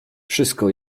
wszystko